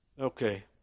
Okay